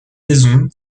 saison